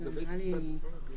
אני פונה למשרד המשפטים,